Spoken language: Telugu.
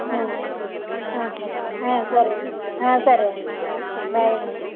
సరే అండి సరే అండి బాయ్ అండి